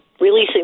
releasing